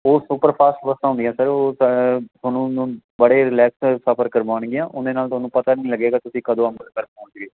ਉਹ super fast ਬੱਸਾਂ ਹੁੰਦੀਆਂ ਸਰ ਉਹ ਤੁਹਾਨੂੰ ਬੜੇ ਰਿਲੈਕਸ ਸਫ਼ਰ ਕਰਵਾਉਂਣਗੀਆਂ ਉਹਦੇ ਨਾਲ ਤੁਹਾਨੂੰ ਪਤਾ ਨਹੀਂ ਲੱਗੇਗਾ ਤੁਸੀਂ ਕਦੋਂ ਅੰਮ੍ਰਿਤਸਰ ਘਰ ਪਹੁੰਚਗੇ